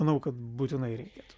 manau kad būtinai reikėtų